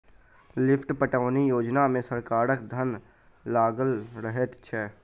lift पटौनी योजना मे सरकारक धन लागल रहैत छै